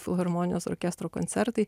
filharmonijos orkestro koncertai